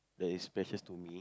that is precious to me